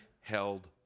held